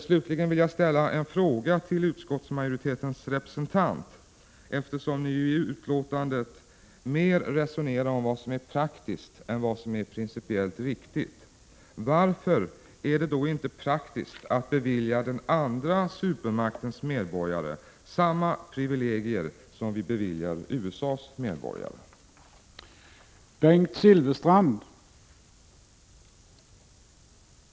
Slutligen vill jag ställa en fråga till utskottsmajoritetens representant, eftersom ni i betänkandet resonerar mer om vad som är praktiskt än vad som är principiellt riktigt: Varför är det inte praktiskt att bevilja den andra supermaktens medborgare samma privilegier som vi beviljar USA:s medborgare?